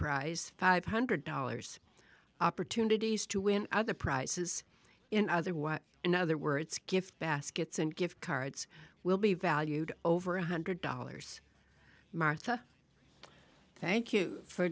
prize five hundred dollars opportunities to win other prices in other what in other words gift baskets and gift cards will be valued over one hundred dollars martha thank you for